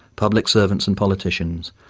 public servants and politicians,